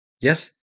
Yes